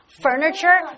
furniture